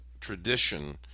tradition